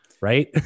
Right